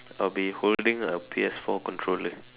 I'll be holding a P_S four controller